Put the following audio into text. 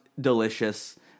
delicious